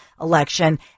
election